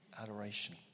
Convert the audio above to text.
adoration